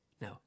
No